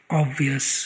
obvious